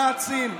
נאצים?